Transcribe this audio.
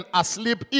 asleep